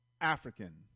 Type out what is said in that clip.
African